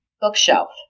bookshelf